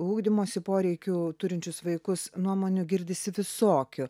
ugdymosi poreikių turinčius vaikus nuomonių girdisi visokių